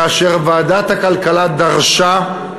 כאשר ועדת הכלכלה דרשה,